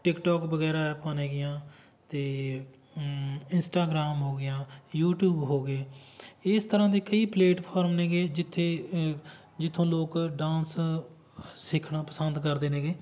TikTok ਵਗੈਰਾ ਐਪਾਂ ਨੇਗੀਆਂ ਅਤੇ ਇੰਸਟਾਗਰਾਮ ਹੋ ਗਿਆ ਯੂਟੀਊਬ ਹੋ ਗਏ ਇਸ ਤਰ੍ਹਾਂ ਦੇ ਕਈ ਪਲੇਟਫਾਰਮ ਨੇਗੇ ਜਿੱਥੇ ਜਿੱਥੋਂ ਲੋਕ ਡਾਂਸ ਸਿੱਖਣਾ ਪਸੰਦ ਕਰਦੇ ਨੇਗੇ